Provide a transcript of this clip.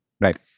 right